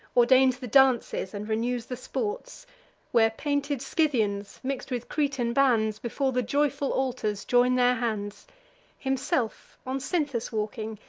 ordains the dances, and renews the sports where painted scythians, mix'd with cretan bands, before the joyful altars join their hands himself, on cynthus walking,